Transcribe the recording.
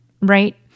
right